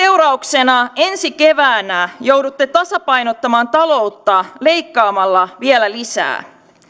seurauksena ensi keväänä joudutte tasapainottamaan taloutta leikkaamalla vielä lisää